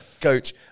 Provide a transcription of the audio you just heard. coach